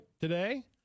Today